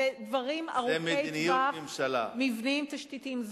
זה דברים ארוכי-טווח, מבניים תשתיתיים.